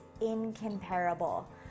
incomparable